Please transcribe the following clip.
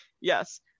Yes